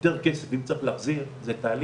יינו מאוד שמחים לדעת את זה ואפילו להכניס את זה כאן